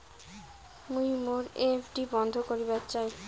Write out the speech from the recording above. মুই মোর এফ.ডি বন্ধ করিবার চাই